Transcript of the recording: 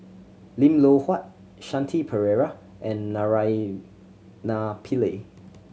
Lim Loh Huat Shanti Pereira and Naraina Pillai